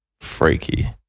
freaky